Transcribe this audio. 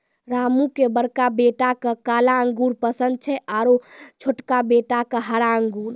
रामू के बड़का बेटा क काला अंगूर पसंद छै आरो छोटका बेटा क हरा अंगूर